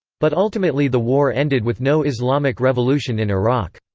but ultimately the war ended with no islamic revolution in iraq.